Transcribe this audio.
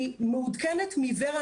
אני מעודכנת מור"ה,